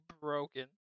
broken